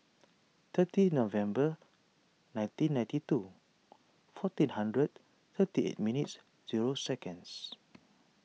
thirty November nineteen ninety two fourteen hundred thirty eight minutes zero seconds